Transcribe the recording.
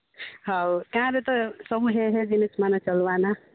ହଉ ଗାଁରେ ତ ସବୁ ହେ ହେ ଜିନିଷ ମାନେ ଚଲବା ନା